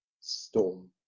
storm